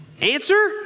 Answer